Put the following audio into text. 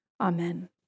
Amen